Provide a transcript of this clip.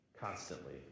constantly